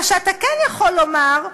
מה שאתה כן יכול לומר,